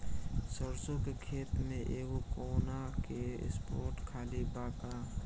सरसों के खेत में एगो कोना के स्पॉट खाली बा का?